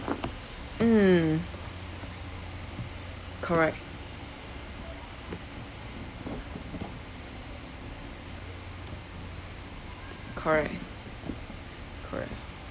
mm correct correct correct